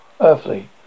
earthly